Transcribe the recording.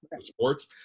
sports